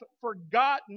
forgotten